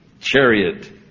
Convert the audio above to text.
chariot